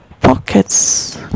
pockets